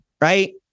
right